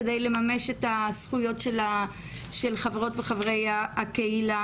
כדי לממש את הזכויות של חברות וחברי הקהילה